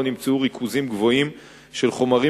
שנמצאו בו ריכוזים גבוהים של חומרים